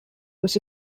was